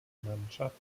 mannschaft